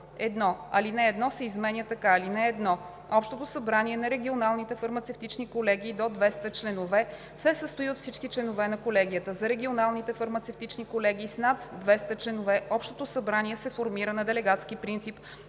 „1. Ал. 1 се изменя така: (1) Общото събрание на регионалните фармацевтични колегии с до 200 членове се състои от всички членове на колегията. За регионалните фармацевтични колегии с над 200 членове общото събрание се формира на делегатски принцип,